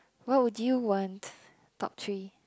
what would you want top three